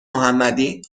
محمدی